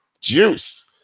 Juice